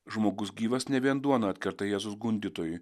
žmogus gyvas ne vien duona atkerta jėzus gundytojui